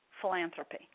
philanthropy